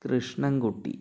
Krishnankutty